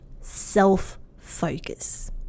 self-focus